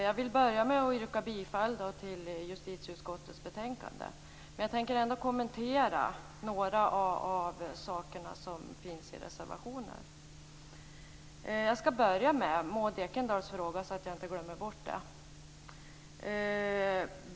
Jag vill börja med att yrka bifall till hemställan i justitieutskottets betänkande. Jag tänker kommentera några av de frågor som tas upp i reservationer. Jag skall börja med Maud Ekendahls fråga, så att jag inte glömmer bort den.